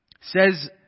says